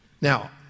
Now